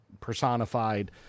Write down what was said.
personified